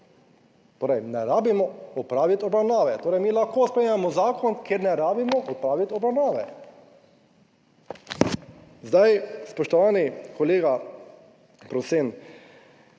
Torej ne rabimo opraviti obravnave. Torej mi lahko sprejmemo zakon, ker ne rabimo opraviti obravnave. Zdaj, spoštovani kolega Prosen,